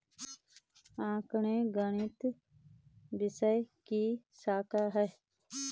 आंकड़े गणित विषय की शाखा हैं